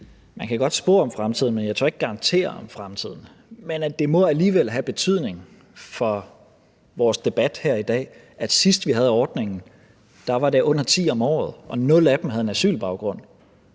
Man kan godt spå om fremtiden, men jeg tør ikke garantere om fremtiden. Men det må alligevel have betydning for vores debat her i dag, at sidst vi havde ordningen, var der under ti om året, og nul af dem havde en asylbaggrund.